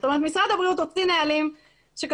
זאת אומרת משרד הבריאות הוציא נהלים שכתוב